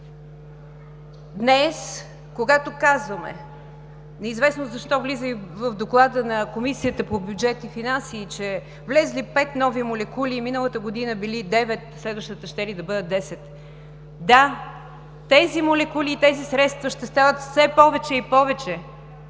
Днес, когато казваме, неизвестно защо влиза и в доклада на Комисията по бюджет и финанси, че влезли пет нови молекули и миналата година били девет, следващата щели да бъдат десет – да, тези молекули и тези средства ще стават все повече и повече.